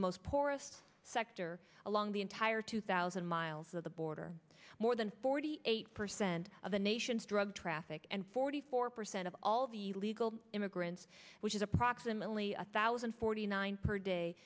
the most porous sector along the entire two thousand miles of the border more than forty eight percent of the nation's drug traffic and forty four percent of all the legal immigrants which is approximately a thousand forty nine per day